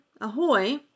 Ahoy